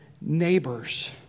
neighbors